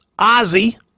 Ozzy